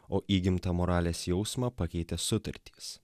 o įgimtą moralės jausmą pakeitė sutartys